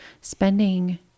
spending